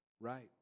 right